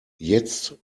jetzt